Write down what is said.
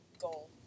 goal